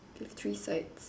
there's three sides